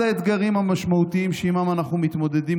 אחד האתגרים המשמעותיים שעימם אנחנו מתמודדים